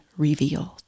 revealed